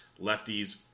lefties